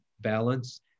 balance